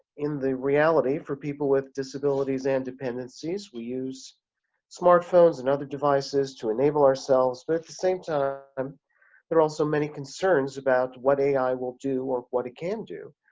in the reality for people with disabilities and dependencies, we use smartphones and other devices to enable ourselves but at the same time um there are also many concerns about what ai will do or what it can do.